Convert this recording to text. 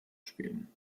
spielen